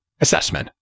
Assessment